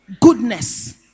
goodness